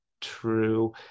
true